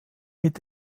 mit